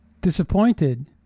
disappointed